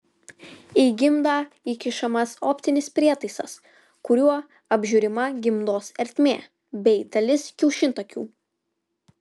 į gimdą įkišamas optinis prietaisas kuriuo apžiūrima gimdos ertmė bei dalis kiaušintakių